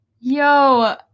Yo